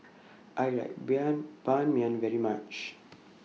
I like Ban Mian very much